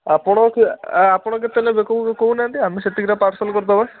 ଆପଣ ଆପଣ କେତେ ନେବେ କହୁନାହାଁନ୍ତି ଆମେ ସେତିକିଟା ପାର୍ସଲ୍ କରିଦେବା